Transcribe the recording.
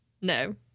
No